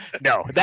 No